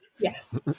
Yes